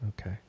Okay